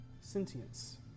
sentience